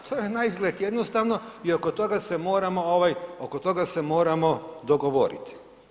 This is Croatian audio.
To je naizgled jednostavno i oko toga se moramo ovaj, oko toga se moramo dogovoriti.